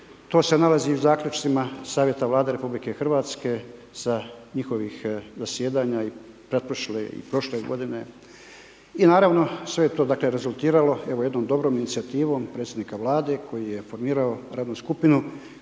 To se nalazi i u zaključcima Savjeta Vlade RH, s njihovih zasjedanja i pretprošle i prošle godine. I naravno sve je to dakle rezultiralo evo jednom dobrom inicijativom i predsjednika Vlade koji je formirao radnu skupinu